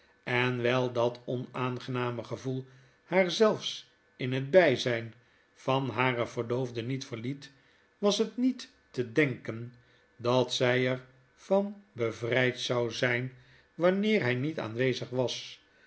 en wyl dat onaangename gevoel haar zelfs in het byzyn van haren verloofde niet verliet was het niet te denken dat zy er van bevryd zou zyn wanneer hy niet aanwezig was